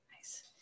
nice